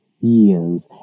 years